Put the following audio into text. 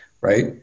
right